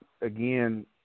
again